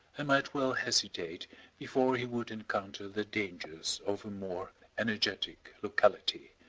and might well hesitate before he would encounter the dangers of a more energetic locality.